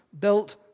built